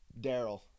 Daryl